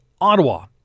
Ottawa